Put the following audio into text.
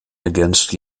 ergänzt